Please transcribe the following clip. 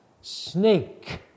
snake